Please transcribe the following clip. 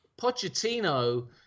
Pochettino